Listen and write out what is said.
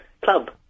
club